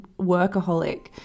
workaholic